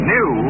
New